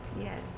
Yes